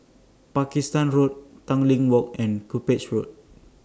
Pakistan Road Tanglin Walk and Cuppage Road